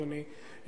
אדוני,